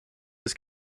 his